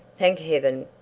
thank heaven,